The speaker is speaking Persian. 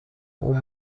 اون